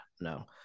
no